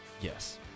Yes